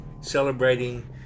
celebrating